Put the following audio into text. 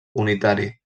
unitari